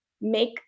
make